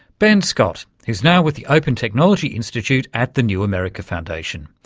ben scott, who's now with the open technology institute at the new america foundation.